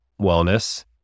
wellness